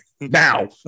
now